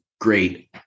great